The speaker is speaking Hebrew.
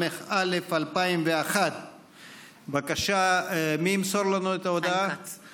בתמוז התשע"ט / 10 ביולי 2019 / 10 חוברת י'